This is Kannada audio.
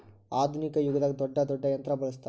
ಆದುನಿಕ ಯುಗದಾಗ ದೊಡ್ಡ ದೊಡ್ಡ ಯಂತ್ರಾ ಬಳಸ್ತಾರ